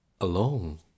alone